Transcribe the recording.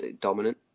dominant